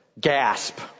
Gasp